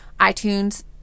iTunes